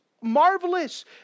marvelous